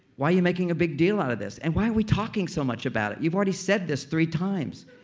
why are you making a big deal out of this? and why are we talking so much about it? you've already said this three times.